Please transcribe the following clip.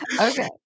Okay